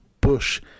Bush